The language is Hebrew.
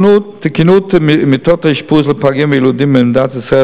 תקינת מיטות האשפוז לפגים ויילודים במדינת ישראל